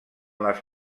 les